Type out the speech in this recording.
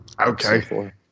Okay